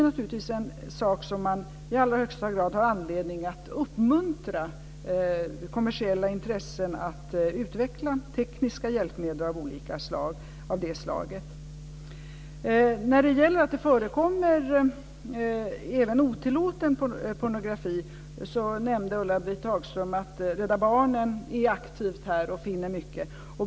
Man har i allra högsta grad anledning att uppmuntra kommersiella intressen att utveckla tekniska hjälpmedel av det slaget. När det gäller att det även förekommer otillåten pornografi nämnde Ulla-Britt Hagström att Rädda Barnen är aktivt och finner mycket.